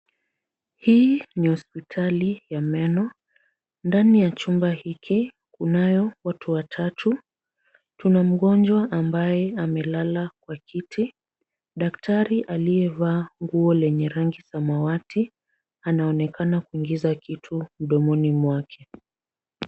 Hii ni hospitali ya meno. Ndani ya chumba hiki kunao watu watatu. Tuna mgonjwa ambaye amelala kwa kiti. Daktari aliyevaa nguo lenye rangi samawati, anaonekana kuingiza kitu mdomoni mwake.